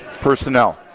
personnel